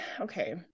okay